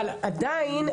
אבל עדיין,